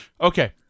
Okay